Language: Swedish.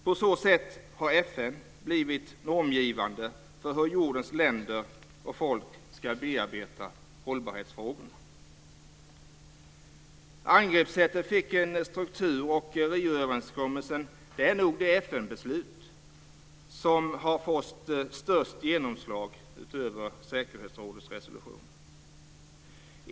På så sätt har FN blivit normgivande för hur jordens länder och folk ska bearbeta hållbarhetsfrågorna. Angreppssättet fick en struktur. Rioöverenskommelsen är nog det FN-beslut som har fått störst genomslag utöver säkerhetsrådets resolutioner.